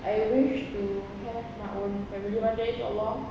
I wish to have my own family one day inshallah